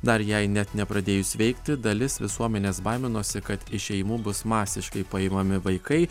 dar jai net nepradėjus veikti dalis visuomenės baiminosi kad iš šeimų bus masiškai paimami vaikai